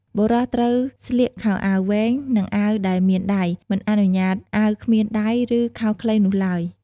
បុរសត្រូវស្លៀកខោជើងវែង និងអាវដែលមានដៃ មិនអនុញ្ញាតអាវគ្មានដៃឬខោខ្លីនោះឡើយ។